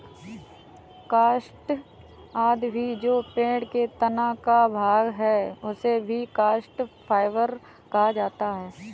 काष्ठ आदि भी जो पेड़ के तना का भाग है, उसे भी स्टॉक फाइवर कहा जाता है